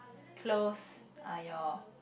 close are your